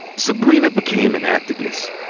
sybrina became an activist.